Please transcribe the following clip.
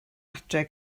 adre